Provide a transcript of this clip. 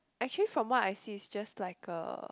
actually from what I see is just like a